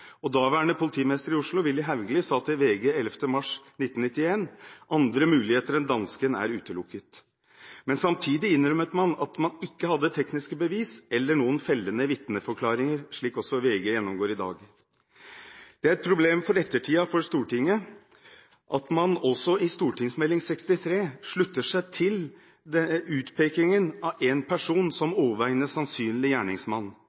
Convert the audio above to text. Daværende politimester i Oslo, Willy Haugli, sa til VG 13. mars 1991: «Alle andre muligheter enn dansken er utelukket». Samtidig innrømmet man at man ikke hadde tekniske bevis eller noen fellende vitneforklaringer, slik også VG gjennomgår i dag. Det er et problem for ettertiden for Stortinget at man også i St.meld. nr. 63 for 1991–1992 slutter seg til utpekingen av én person som overveiende sannsynlig gjerningsmann,